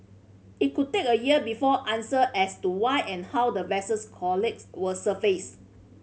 it could take a year before answer as to why and how the vessels will surface